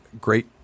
great